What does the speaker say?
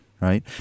right